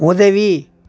உதவி